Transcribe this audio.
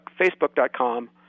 Facebook.com